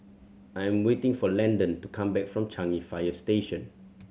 I am waiting for Landon to come back from Changi Fire Station